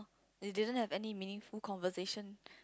you didn't have any meaningful conversation